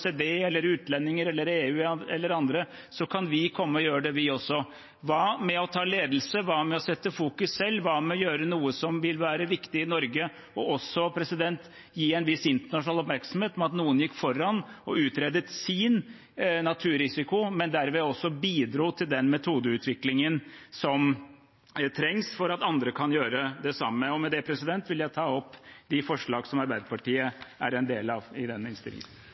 utlendinger, EU eller andre – kan vi komme og gjøre det vi også. Hva med å ta ledelse? Hva med å sette fokus selv? Hva med å gjøre noe som vil være viktig i Norge, og også gi en viss internasjonal oppmerksomhet – at noen gikk foran og utredet sin naturrisiko, men derved også bidro til den metodeutviklingen som trengs for at andre kan gjøre det samme. Med det vil jeg ta opp de forslag som Arbeiderpartiet er en del av i denne innstillingen.